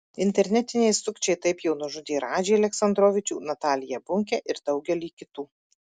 internetiniai sukčiai taip jau nužudė radžį aleksandrovičių nataliją bunkę ir daugelį kitų